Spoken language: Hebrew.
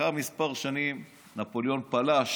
לאחר כמה שנים נפוליאון פלש